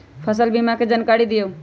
फसल बीमा के जानकारी दिअऊ?